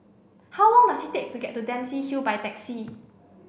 how long does it take to get to Dempsey Hill by taxi